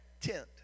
tent